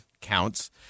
counts